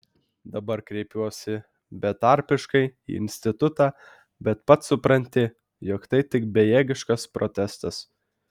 dabar kreipiuosi betarpiškai į institutą bet pats supranti jog tai tik bejėgiškas protestas